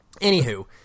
anywho